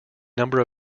number